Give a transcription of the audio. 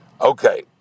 Okay